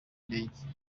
indege